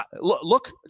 look